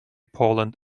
poland